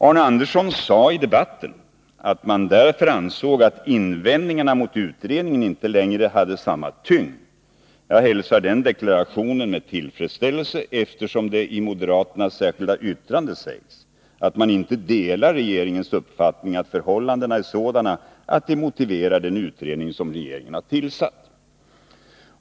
Arne Andersson i Ljung sade i debatten att man därför ansåg att invändningarna mot utredningen inte längre hade samma tyngd. Jag hälsar den deklarationen med tillfredsställelse, eftersom det i moderaternas särskilda yttrande sägs att de inte delar regeringens uppfattning att förhållandena är sådana att de motiverar den utredning som regeringen har tillsatt.